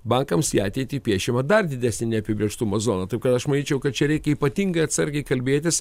bakams į ateitį piešiama dar didesnė neapibrėžtumo zona tai aš manyčiau kad čia reikia ypatingai atsargiai kalbėtis